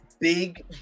big